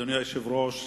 אדוני היושב-ראש,